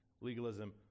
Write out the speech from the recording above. legalism